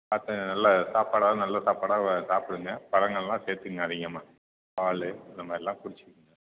பார்த்து நல்லா சாப்பாடு எல்லாம் நல்ல சாப்பாடாக சாப்பிடுங்க பழங்கள் எல்லாம் சேர்த்துக்குங்க அதிகமாக பால் இந்த மாதிரிலாம் குடிச்சிகங்க